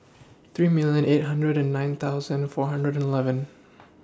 three million eight hundred and nine thousand four hundred eleven